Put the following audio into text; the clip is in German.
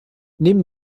neben